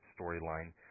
storyline